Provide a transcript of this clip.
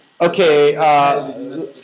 Okay